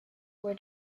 was